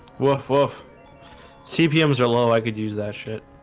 woof-woof cpms arlo i could use that shit